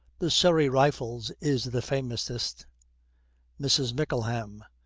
the surrey rifles is the famousest mrs. mickleham.